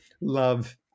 love